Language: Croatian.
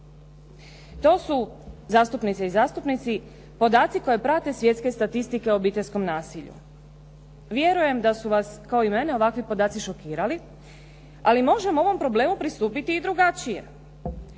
To su, zastupnice i zastupnici, podaci koje prate svjetske statistike o obiteljskom nasilju. Vjerujem da su vas, kao i mene, ovakvi podaci šokirali, ali možemo ovom problemu pristupiti i drugačije.